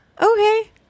okay